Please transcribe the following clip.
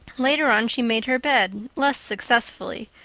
later on she made her bed less successfully,